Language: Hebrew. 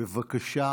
בבקשה,